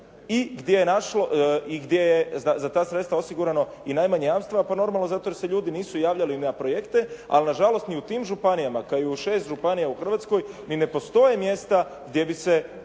i gdje je za ta sredstva osigurano i najmanje jamstva pa normalno zato jer se ljudi nisu javljali na projekte ali nažalost ni u tim županijama kao u šest županija u Hrvatskoj ni ne postoje mjesta gdje bi se